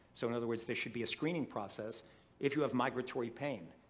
so in other words there should be a screening process if you have migratory pain.